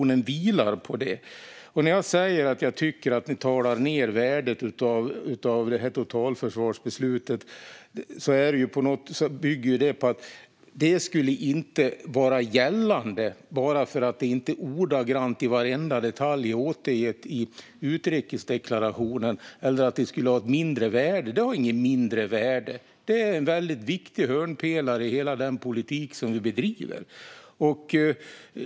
När jag säger att jag tycker att man talar ned värdet av totalförsvarsbeslutet bygger det på att det inte skulle vara gällande bara för att det inte ordagrant, i varenda detalj, återges i utrikesdeklarationen eller att det skulle ha ett mindre värde. Det har inte mindre värde, utan det är en viktig hörnpelare i hela den politik som vi bedriver.